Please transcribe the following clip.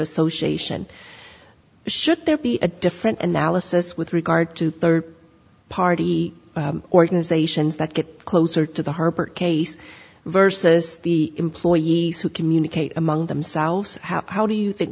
association should there be a different analysis with regard to third party organizations that get closer to the harper case versus the employees who communicate among themselves how how do you think